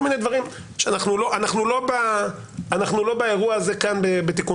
כל מיני דברים שאנחנו לא באירוע הזה כאן בתיקון